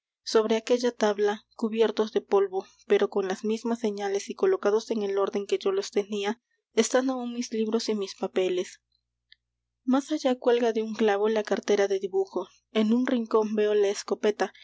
sobre aquella tabla cubiertos de polvo pero con las mismas señales y colocados en el orden que yo los tenía están aún mis libros y mis papeles más allá cuelga de un clavo la cartera de dibujo en un rincón veo la escopeta